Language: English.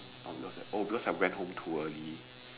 oh because I oh because I went home too early